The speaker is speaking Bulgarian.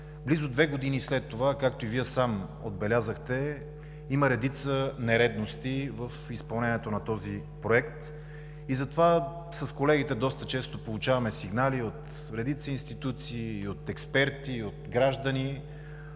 близо две години след това, както и Вие сам отбелязахте, има редица нередности в изпълнението на този проект. Затова с колегите доста често получаваме сигнали от редица институции, от експерти и от граждани,